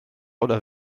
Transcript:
oder